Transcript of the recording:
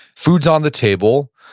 food's on the table.